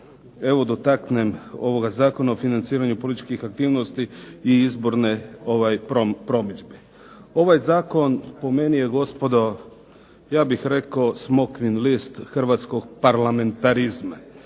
evo dotaknem ovoga Zakona o financiranju političkih aktivnosti i izborne promidžbe. Ovaj zakon je po meni gospodo ja bih rekao smokvin list hrvatskog parlamentarizma.